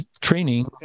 training